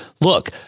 Look